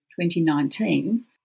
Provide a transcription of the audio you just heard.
2019